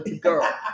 girl